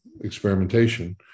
experimentation